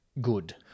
good